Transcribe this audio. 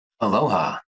Aloha